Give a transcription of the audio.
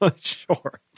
sure